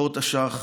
דור תש"ח,